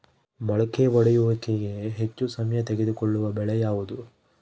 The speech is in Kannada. ಮೊಳಕೆ ಒಡೆಯುವಿಕೆಗೆ ಹೆಚ್ಚು ಸಮಯ ತೆಗೆದುಕೊಳ್ಳುವ ಬೆಳೆ ಯಾವುದು?